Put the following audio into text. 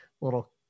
Little